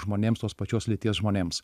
žmonėms tos pačios lyties žmonėms